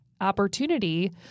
opportunity